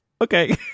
okay